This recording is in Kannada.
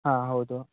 ಹಾಂ ಹೌದು